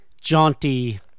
jaunty